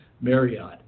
marriott